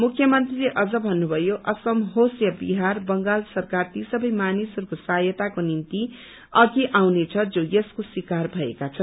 मुख्यमन्त्रीले अझ भत्रुषयो असम होस या बिहार बंगाल सरकार ती सबै मानिसहरूको सहायताको निम्ति अधि आउनेछ जो यसको शिकार भएका छन्